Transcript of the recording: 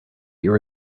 your